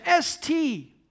ST